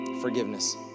Forgiveness